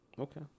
Okay